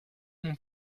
mon